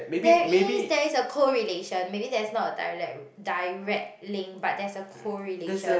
there is there is a correlation maybe there's not a dialect direct link but there's a correlation